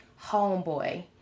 homeboy